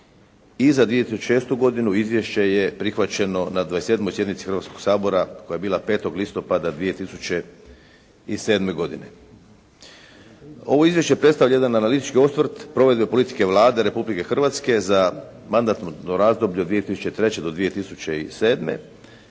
I za 2006. godinu izvješće je prihvaćeno na 27. sjednici Hrvatskoga sabora koja je bila 5. listopada 2007. godine. Ovo izvješće predstavlja jedan analitički osvrt provedbe politike Vlade Republike Hrvatske za mandatno razdoblje od 2003. do 2007. prema